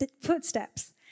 footsteps